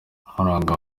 nkuranga